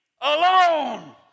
alone